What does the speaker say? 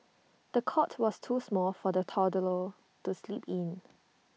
the cot was too small for the toddler to sleep in